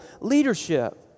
leadership